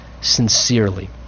sincerely